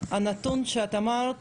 הנתון שאת אמרת